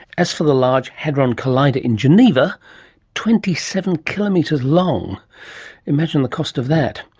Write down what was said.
as for the large hadron collider in geneva twenty seven kilometres long imagine the cost of that.